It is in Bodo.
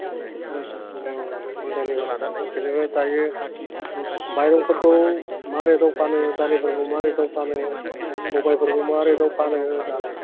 मोजांनि बाथ्रा जेनेबा दायो माइरंफोरखौ मा रेटआव फानो दालिफोरखौ मा रेटआव फानो सबायफोरखौ मा रेटआव फानो दालाय